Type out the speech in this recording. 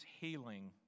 healing